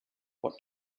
what